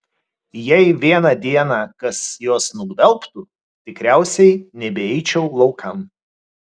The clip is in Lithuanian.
jei vieną dieną kas juos nugvelbtų tikriausiai nebeičiau laukan